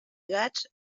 gats